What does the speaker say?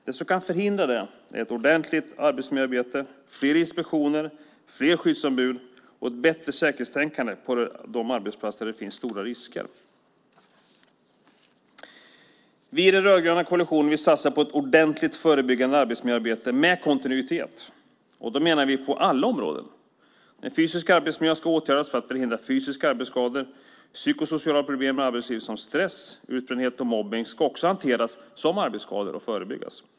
Det som kan förhindra det är ett ordentligt arbetsmiljöarbete, fler inspektioner, fler skyddsombud och ett bättre säkerhetstänkande på de arbetsplatser där det finns stora risker. Vi i den rödgröna koalitionen vill satsa på ett ordentligt förebyggande arbetsmiljöarbete med kontinuitet på alla områden. Den fysiska arbetsmiljön ska åtgärdas så att fysiska arbetsskador förhindras. Psykosociala problem i arbetslivet som stress, utbrändhet och mobbning ska också hanteras som arbetsskador och förebyggas.